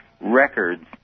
records